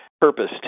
purpose